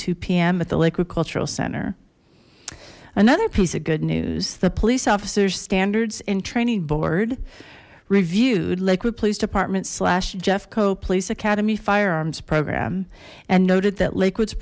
two p m at the lakewood cultural center another piece of good news the police officers standards in training board reviewed liquid police departments jeff co police academy firearms program and noted that liquids